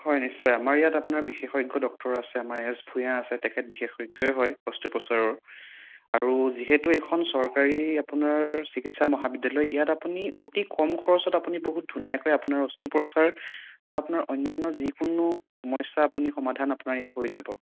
হয় নিশ্চয় আমাৰ ইয়াত আপোনাৰ বিশেষজ্ঞ ডক্তৰ আছে আমাৰ এচ ভূঞা আছে তেখেত বিশেষজ্ঞই হয় অষ্ট্ৰোপচাৰৰ আৰু যিহেতু এইখন চৰকাৰী আপোনাৰ চিকিৎসা মহাবিদ্যালয় ইয়াত আপুনি অতি কম খৰছত আপুনি বহুত ধুনীয়াকৈ আপোনাৰ অষ্ট্ৰোপচাৰ আৰু আপোনাৰ অন্যান্য যিকোনো সমস্যা আপুনি সমাধান আপোনাৰ ইয়াত হৈ যাব